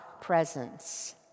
presence